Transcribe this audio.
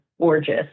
gorgeous